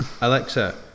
alexa